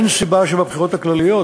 אין סיבה שבבחירות הכלליות